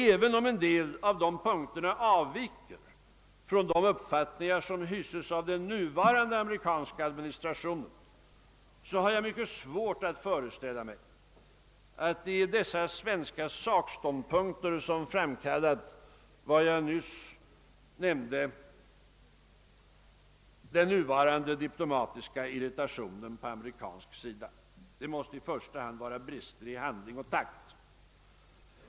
Även om en del av dessa punkter avviker från de uppfattningar, som hyses av den nuvarande amerikanska administrationen, har jag mycket svårt att föreställa mig att det är dessa svenska sakståndpunkter som framkallat vad jag nyss benämnde den nuvarande diplomatiska irritationen på amerikansk sida. Det måste i första hand vara fråga om brister i handlag och takt.